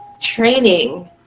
training